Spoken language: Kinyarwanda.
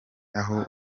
aho